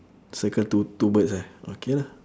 circle two two birds ah okay lah